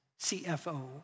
CFO